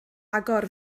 agor